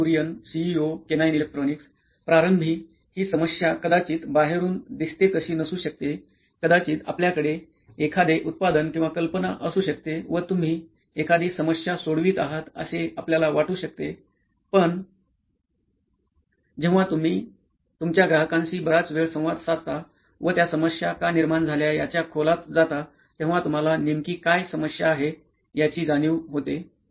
Nitin Kurian COO केनाईन electronics प्रारंभी हि समस्या कदाचित बाहेरून दिसते तशी नसू शकते कदाचित आपल्याकडे एखादे उत्पादन किंवा कल्पना असू शकते व तुम्ही एखादी समस्या सोडवीत आहात असे आपल्याला वाटू शकते पण जेव्हा तुम्ही तुमच्या ग्राहकांशी बराच वेळ संवाद साधता व त्या समस्या का निर्माण झाल्या याच्या खोलात जाता तेव्हा तुम्हाला नेमकी काय समस्या आहे याची जाणीव होते